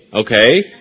okay